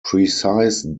precise